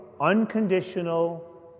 unconditional